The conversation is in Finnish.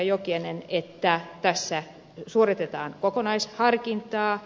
jokinen että tässä suoritetaan kokonaisharkintaa